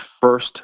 first